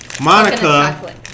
Monica